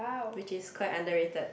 which is quite underrated